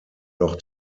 noch